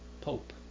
Pope